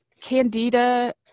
Candida